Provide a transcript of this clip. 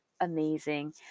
amazing